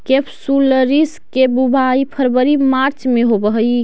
केपसुलरिस के बुवाई फरवरी मार्च में होवऽ हइ